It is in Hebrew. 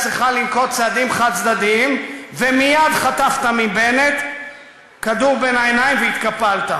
48'. הטרור היה כאן לפני שקמה המדינה ואחרי שהיא קמה,